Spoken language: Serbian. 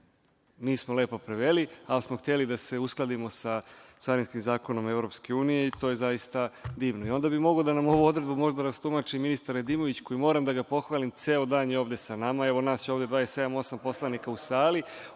Nismo lepo preveli, ali smo hteli da se uskladimo da Carinskim zakonom EU i to je zaista divno. Onda bi mogao možda da nam ovu odredbu rastumači ministar Nedimović koji je, moram da ga pohvalim, ceo dan je ovde sa nama. Nas je ovde 27, 28 poslanika u sali,